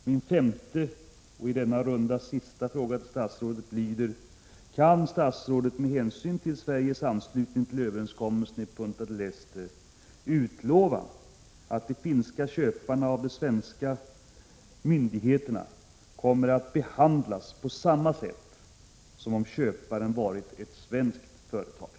Min femte och i denna runda sista fråga till statsrådet lyder: Kan statsrådet med hänsyn till Sveriges anslutning till överenskommelsen i Punta del Este utlova att de finska köparna kommer att behandlas på samma sätt av de svenska myndigheterna som om köparen varit ett svenskt företag?